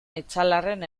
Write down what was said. etxalarren